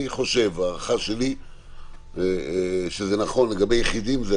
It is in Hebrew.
אני חושב שזה נכון לגבי יחידים.